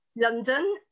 London